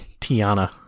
Tiana